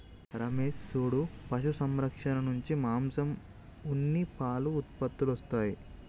రమేష్ సూడు పశు సంరక్షణ నుంచి మాంసం ఉన్ని పాలు ఉత్పత్తులొస్తాయి